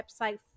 website